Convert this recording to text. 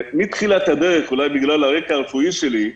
מתחילת הדרך, אולי בגלל הרקע הרפואי שלי,